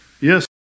Yes